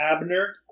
Abner